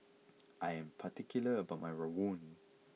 I am particular about my rawon